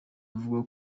avuga